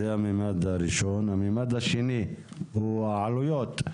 המימד השני הוא העלויות.